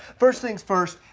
first things first,